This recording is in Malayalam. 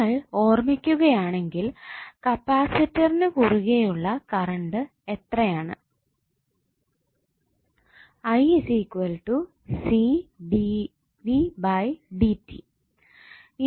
നിങ്ങൾ ഓർമ്മിക്കുകയാണെങ്കിൽ കപ്പാസിറ്ററിനു കുറുകെ ഉള്ള കറണ്ട് എത്ര ആണ്